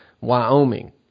Wyoming